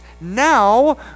now